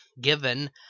given